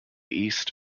east